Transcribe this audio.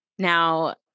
Now